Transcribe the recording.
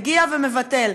מגיע ומבטל.